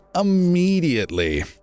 immediately